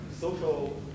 social